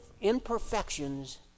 imperfections